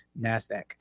NASDAQ